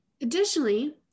Additionally